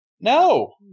No